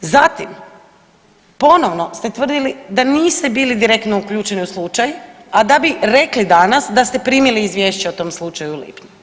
Zatim ponovno ste tvrdili da niste bili direktno uključeni u slučaj, a da bi rekli danas da ste primili Izvješće o tom slučaju u lipnju.